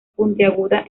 puntiaguda